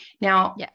Now